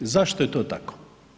Zašto je to tako?